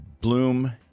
Bloom